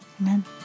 Amen